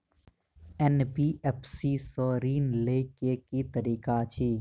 NBFC सँ ऋण लय केँ की तरीका अछि?